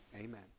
amen